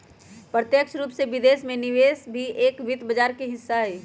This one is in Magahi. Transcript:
प्रत्यक्ष रूप से विदेश में निवेश भी एक वित्त बाजार के हिस्सा हई